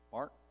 Mark